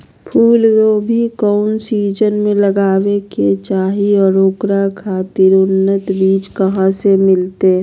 फूलगोभी कौन सीजन में लगावे के चाही और ओकरा खातिर उन्नत बिज कहा से मिलते?